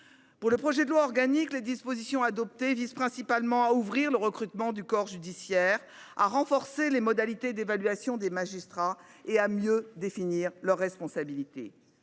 Dans le projet de loi organique, les dispositions adoptées visent principalement à ouvrir les recrutements dans le corps judiciaire, à renforcer les modalités d’évaluation des magistrats et à mieux définir leurs responsabilités.